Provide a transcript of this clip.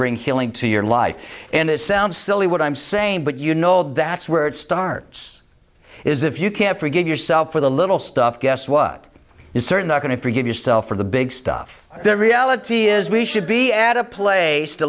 bring healing to your life and it sounds silly what i'm saying but you know that's where it starts is if you can't forgive yourself for the little stuff guess what is certain are going to forgive yourself for the big stuff the reality is we should be add a play to